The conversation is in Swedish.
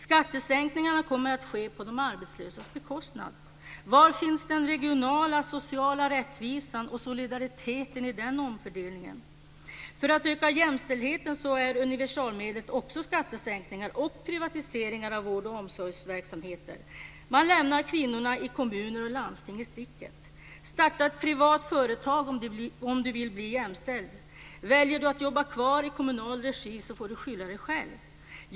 Skattesänkningarna kommer att ske på de arbetslösas bekostnad. Var finns den regionala och sociala rättvisan och solidariteten i den omfördelningen? För att öka jämställdheten är universalmedlet också skattesänkningar och privatiseringar av vård och omsorgsverksamheter. Man lämnar kvinnorna i kommuner och landsting i sticket. Starta ett privat företag om du vill bli jämställd! Väljer du att jobba kvar i kommunal regi får du skylla dig själv!